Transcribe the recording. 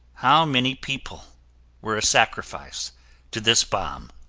how many people were a sacrifice to this bomb?